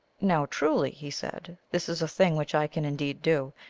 now, truly, he said, this is a thing which i can indeed do.